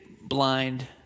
blind